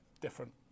Different